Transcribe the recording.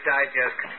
Digest